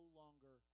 longer